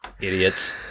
Idiots